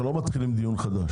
אנחנו לא משתמשים דיון חדש.